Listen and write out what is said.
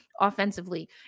offensively